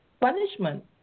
punishment